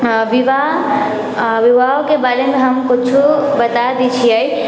विवाह विवाहोके बारेमे हम कुछौ बताइ दै छियै